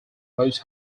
most